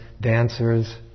dancers